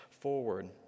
forward